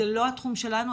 זה לא התחום שלנו.